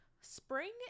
spring